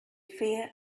fear